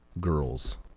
girls